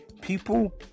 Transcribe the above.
People